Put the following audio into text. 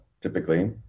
typically